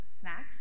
snacks